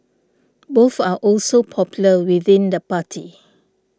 both are also popular within the party